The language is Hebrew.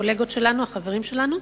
הקולגות שלנו, החברים שלנו,